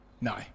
No